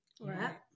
right